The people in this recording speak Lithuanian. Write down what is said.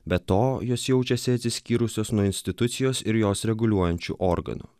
be to jos jaučiasi atsiskyrusios nuo institucijos ir jos reguliuojančių organų